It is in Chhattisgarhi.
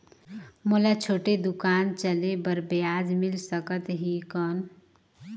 मोला छोटे दुकान चले बर ब्याज मिल सकत ही कौन?